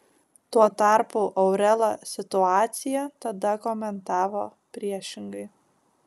tuo tarpu aurela situaciją tada komentavo priešingai